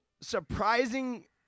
surprising